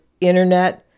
internet